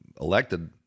elected